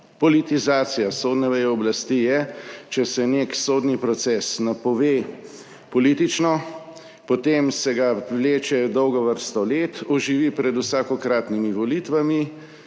Politizacija sodne veje oblasti je, če se nek sodni proces napove politično, potem se ga vleče dolgo vrsto let, oživi pred vsakokratnimi volitvami